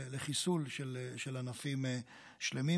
לחיסול של ענפים שלמים.